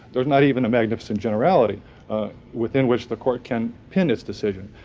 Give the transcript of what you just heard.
there's not even a magnificent generality within which the court can pin its decision.